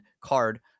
card